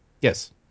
Yes